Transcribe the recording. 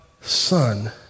son